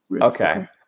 Okay